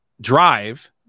drive